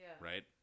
right